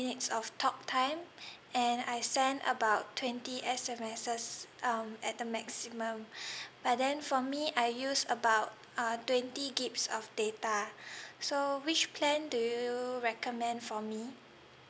minutes of talk time and I sent about twenty S_M_S um at the maximum but then for me I use about uh twenty gigs of data so which plan do you recommend for me